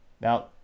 Now